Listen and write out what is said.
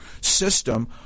system